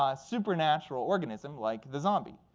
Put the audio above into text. um supernatural organism like the zombie.